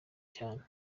cyane